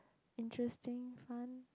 interesting fun